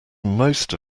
most